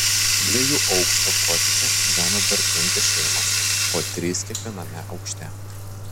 dviejų aukštų kotedže gyveno dar penkios šeimos po tris kiekviename aukšte